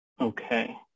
Okay